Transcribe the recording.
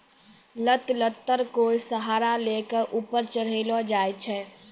लत लत्तर कोय सहारा लै कॅ ऊपर चढ़ैलो जाय छै